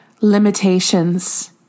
limitations